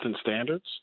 standards